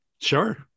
Sure